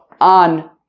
on